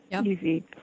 easy